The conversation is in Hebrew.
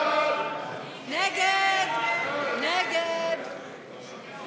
סעיף תקציבי 30, משרד